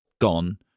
gone